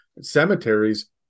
Cemeteries